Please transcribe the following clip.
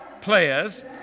players